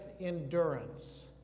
endurance